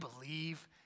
believe